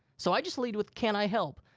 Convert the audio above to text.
so i just lead with, can i help?